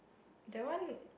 that one